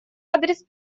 адрес